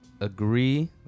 agree